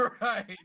Right